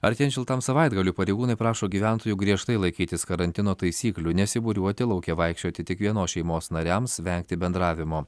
artėjant šiltam savaitgaliui pareigūnai prašo gyventojų griežtai laikytis karantino taisyklių nesibūriuoti lauke vaikščioti tik vienos šeimos nariams vengti bendravimo